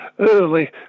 Early